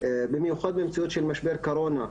במיוחד במציאות של משבר קורונה,